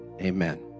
amen